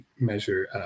measure